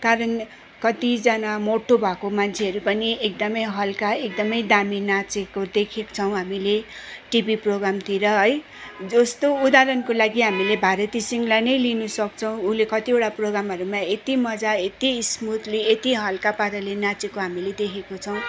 कारण कतिजना मोटो भएको मान्छेहरू पनि एकदमै हल्का एकदमै दामी नाचेको देखेको छौँ हामीले टिभी प्रोगामतिर है जस्तो उदाहरणको लागि हामीले भारती सिंहलाई नै लिन सक्छौँ उनले कतिवटा प्रोग्रामहरूमा यति मज्जा यति स्मुदली यति हल्का पाराले नाचेको हामीले देखेको छौँ